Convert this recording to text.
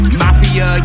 mafia